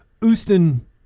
Houston